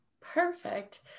Perfect